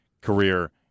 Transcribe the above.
career